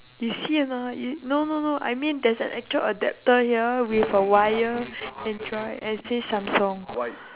you see or not you no no no I mean there's an actual adapter here with a wire android and it says samsung